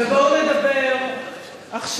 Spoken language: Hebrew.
בואו נדבר עכשיו